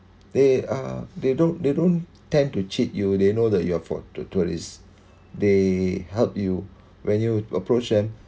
they are they don't they don't tend to cheat you they know that you're for to tourists they help you when you approach them